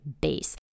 base